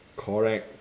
correct